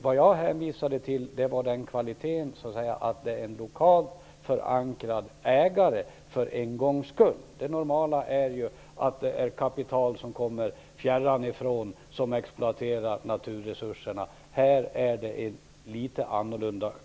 Vad jag hänvisade till var den kvalitet som ligger i att det för en gångs skull handlar om en lokalt förankrad ägare. Det normala är ju att det är kapital som kommer fjärran ifrån som exploaterar naturresurserna. Här är det litet annorlunda.